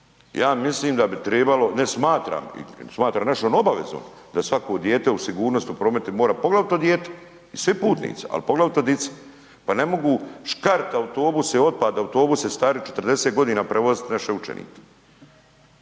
Ja mislim da bi tribalo, ne smatram, smatram našom obavezom da svako dijete u sigurnost u prometu mora poglavito dijete i svi putnici, a poglavito dica. Pa ne mogu škart autobuse otpad autobuse stari 40 godina prevoziti naše učenike.